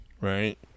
Right